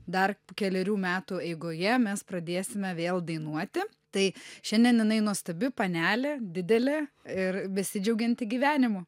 dar kelerių metų eigoje mes pradėsime vėl dainuoti tai šiandien jinai nuostabi panelė didelė ir besidžiaugianti gyvenimu